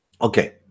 okay